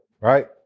right